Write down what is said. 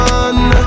one